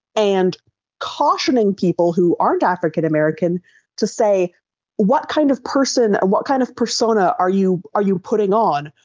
and cautioning people who aren't african american to say what kind of person, what kind of persona are you are you putting on?